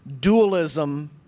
dualism